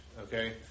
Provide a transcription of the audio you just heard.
okay